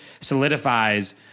solidifies